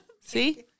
See